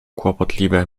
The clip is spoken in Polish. kłopotliwe